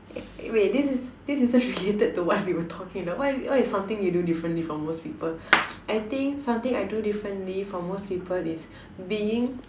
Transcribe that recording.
eh wait this is this isn't related what were talking what is what is something you do differently from most people I think something I do differently from most people is being